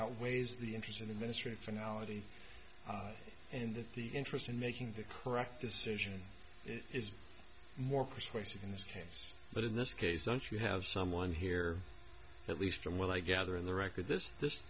outweighs the interest in the ministry phonology and that the interest in making the correct decision is more persuasive in this case but in this case don't you have someone here at least from what i gather in the record this this